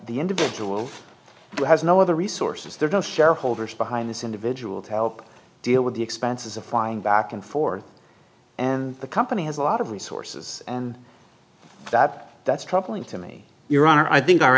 the individual who has no other resources there are shareholders behind this individual to help deal with the expenses of flying back and forth and the company has a lot of resources and that that's troubling to me your honor i think our